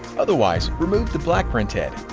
otherwise, remove the black printhead.